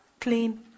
clean